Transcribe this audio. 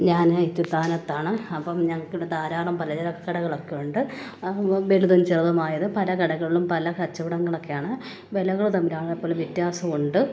ഞാൻ ഇത്തിത്താനത്താണ് അപ്പം ഞങ്ങൾക്കിവിടെ ധാരാളം പലചരക്ക് കടകളൊക്കെ ഉണ്ട് വലുതും ചെറുതുമായത് പല കടകളിലും പല കച്ചവടങ്ങളൊക്കെയാണ് വിലകൾ തമ്മിലാണ് എപ്പോഴും വ്യത്യാസമുണ്ട്